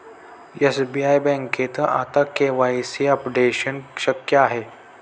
SBI बँकेत आता KYC updation शक्य आहे